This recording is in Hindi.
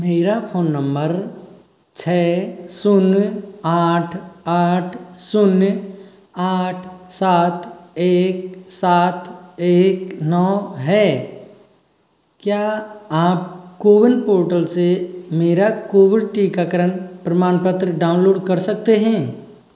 मेरा फ़ोन नम्बर छः शून्य आठ आठ शून्य आठ सात एक सात एक नौ है क्या आप कोविन पोर्टल से मेरा कोविड टीकाकरण प्रमाणपत्र डाउनलोड कर सकते हैं